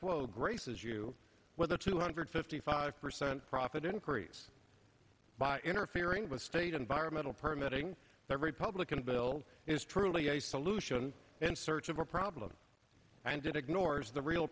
quo graces you with a two hundred fifty five percent profit increase by interfering with state environmental permitting the republican bill is truly a solution in search of a problem and it ignores the real